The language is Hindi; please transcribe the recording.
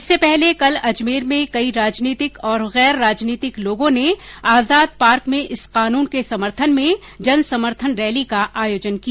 इससे पहले कल अजमेर में कई राजनीतिक और गैर राजनीतिक लोगों ने आजाद पार्क में इस कानून के समर्थन में जन समर्थन रैली का आयोजन किया